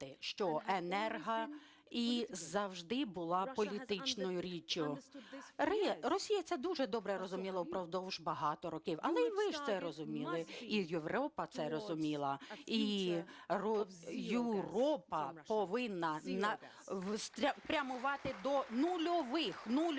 що енергія завжди була політичною річчю. Росія це дуже добре розуміла впродовж багатьох років, але і ви ж це розуміли, і Європа це розуміла, і Європа повинна прямувати до нульових закупок